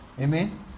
amen